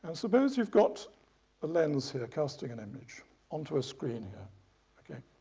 and suppose you've got a lens here casting an image onto a screen here